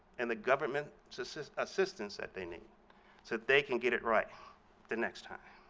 and the government so so assistance that they need so that they can get it right the next time.